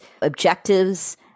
objectives